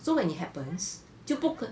so when it happens to book